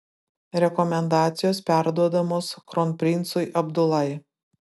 rekomendacijos perduodamos kronprincui abdulai